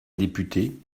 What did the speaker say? députée